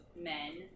men